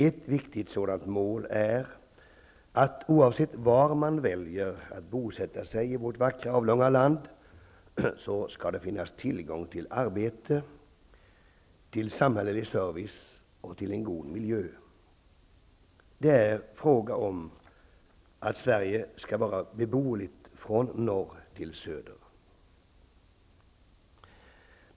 Ett viktigt sådant mål är att det, oavsett var man väljer att bosätta sig i vårt vackra, avlånga land, skall finnas tillgång till arbete, till samhällelig service och till en god miljö. Det är fråga om att Sverige skall vara beboeligt från norr till söder.